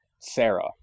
Sarah